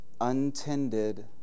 untended